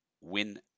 win